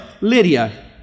Lydia